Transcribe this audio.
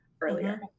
earlier